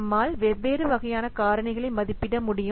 நம்மால் வெவ்வேறு வகையான காரணிகளை மதிப்பிட முடியும்